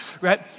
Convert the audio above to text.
right